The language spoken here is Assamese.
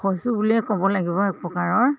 হৈছোঁ বুলিয়েই ক'ব লাগিব এক প্ৰকাৰৰ